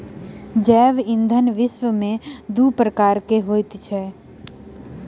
जैव ईंधन विश्व में दू प्रकारक होइत अछि